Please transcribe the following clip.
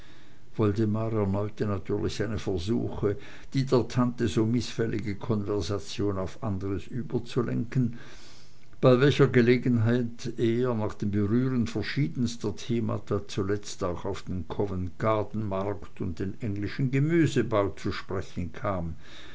natürlich seine versuche die der tante so mißfällige konversation auf andres überzulenken bei welcher gelegenheit er nach dem berühren verschiedenster themata zuletzt auch auf den coventgardenmarkt und den englischen gemüsebau zu sprechen kam